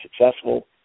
successful